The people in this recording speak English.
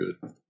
good